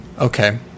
Okay